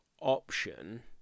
option